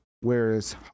whereas